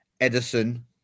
Edison